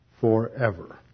forever